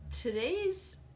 Today's